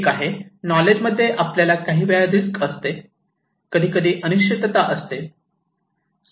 एक आहे नॉलेज मध्ये आपल्यास काहीवेळा रिस्क असते कधीकधी अनिश्चित असते